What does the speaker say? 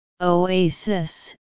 oasis